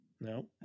No